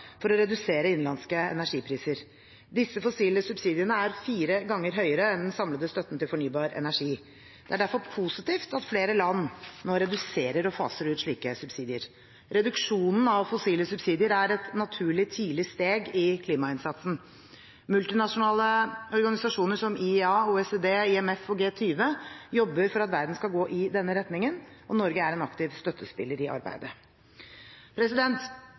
for å redusere innenlandske energipriser. Disse fossile subsidiene er fire ganger høyere enn den samlede støtten til fornybar energi. Det er derfor positivt at flere land nå reduserer og faser ut slike subsidier. Reduksjonen av fossile subsidier er et naturlig tidlig steg i klimainnsatsen. Multinasjonale organisasjoner som IEA, OECD, IMF og G20 jobber for at verden skal gå i denne retningen, og Norge er en aktiv støttespiller i arbeidet.